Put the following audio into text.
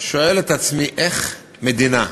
שואל את עצמי איך מדינה,